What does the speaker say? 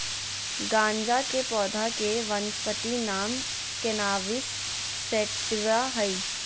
गाँजा के पौधा के वानस्पति नाम कैनाबिस सैटिवा हइ